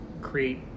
create